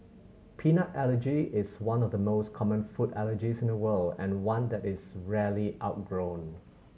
peanut allergy is one of the most common food allergies in the world and one that is rarely outgrown